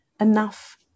enough